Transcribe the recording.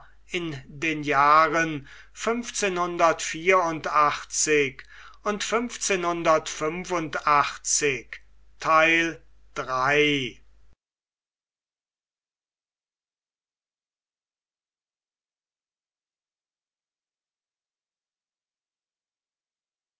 in den jahren